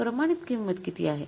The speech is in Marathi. प्रमाणित किंमत किती आहे